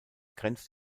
grenzt